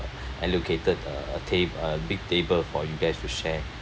allocated uh a ta~ a big table for you guys to share